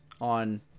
on